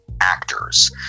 actors